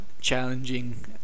challenging